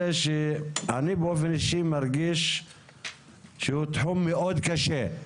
שאני באופן אישי מרגיש שהוא תחום מאוד קשה.